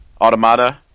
Automata